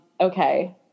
okay